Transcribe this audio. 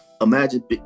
imagine